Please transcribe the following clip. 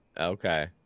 okay